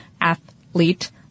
athlete